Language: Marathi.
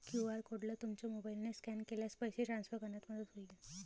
क्यू.आर कोडला तुमच्या मोबाईलने स्कॅन केल्यास पैसे ट्रान्सफर करण्यात मदत होईल